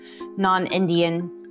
non-Indian